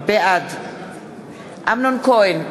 בעד אמנון כהן,